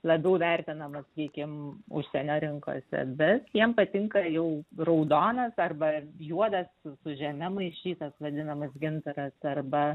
labiau vertinama sakykim užsienio rinkose bet jiem patinka jau raudonas arba juodas su su žeme maišytas vadinamas gintaras arba